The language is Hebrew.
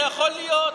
זה יכול להיות.